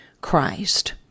Christ